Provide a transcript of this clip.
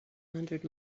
hundred